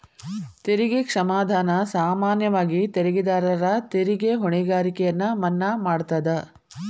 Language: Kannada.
ತೆರಿಗೆ ಕ್ಷಮಾದಾನ ಸಾಮಾನ್ಯವಾಗಿ ತೆರಿಗೆದಾರರ ತೆರಿಗೆ ಹೊಣೆಗಾರಿಕೆಯನ್ನ ಮನ್ನಾ ಮಾಡತದ